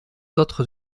autres